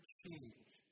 change